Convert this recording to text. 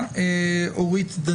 השירות למען